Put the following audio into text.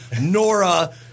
Nora